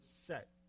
set